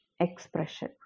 expression